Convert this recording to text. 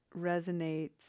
resonates